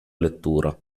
lettura